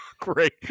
great